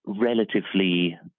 relatively